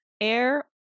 air